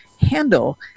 handle